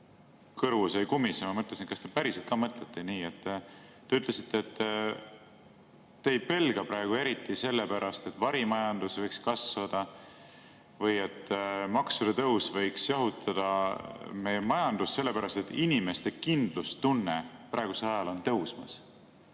kõrvus kumisema. Ma mõtlesin, et kas te päriselt ka mõtlete nii. Te ütlesite, et te ei pelga praegu eriti seda, et varimajandus võiks kasvada või et maksude tõus võiks jahutada meie majandust, sellepärast et inimeste kindlustunne on praegusel ajal tõusmas.